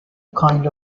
kind